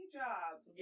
jobs